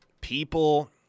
people